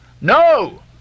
No